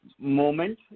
moment